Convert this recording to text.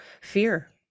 fear